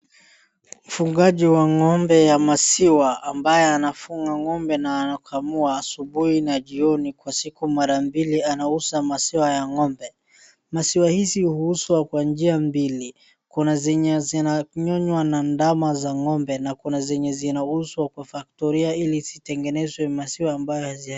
mfugaji wa ng'ombe ya maziwa ambaye anafunga ng'ombe na anakamua asubuhi na jioni kwa siku mara mbili anauza maziwa ya ng'ombe mazwa hizi huuzwa kwa njia mbili kuna zenye zinanyonywa na ndama za ng'ombe na kuna zenye zinauzwa kwa factoria ili zitengeneze maziwa